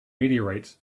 meteorites